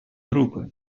группы